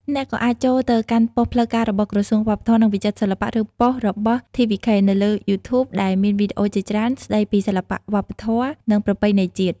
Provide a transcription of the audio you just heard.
អ្នកក៏អាចចូលទៅកាន់ប៉ុស្តិ៍ផ្លូវការរបស់ ក្រសួងវប្បធម៌ និងវិចិត្រសិល្បៈ ឬប៉ុស្តិ៍របស់ TVK នៅលើ YouTube ដែលមានវីដេអូជាច្រើនស្តីពីសិល្បៈវប្បធម៌ និងប្រពៃណីជាតិ។